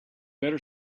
better